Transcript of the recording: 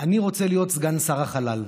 אני רוצה להיות סגן שר החלל.